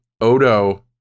Odo